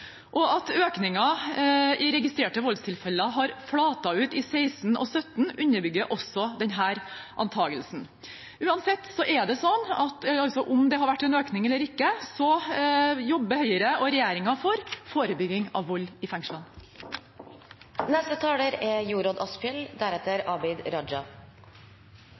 tidligere. At økningen i registrerte voldstilfeller har flatet ut i 2016 og 2017, underbygger også denne antakelsen. Uansett om det har vært en økning eller ikke, så jobber Høyre og regjeringen for forebygging av vold i fengsel. Jeg er